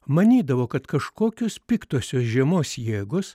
manydavo kad kažkokios piktosios žiemos jėgos